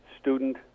student